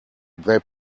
they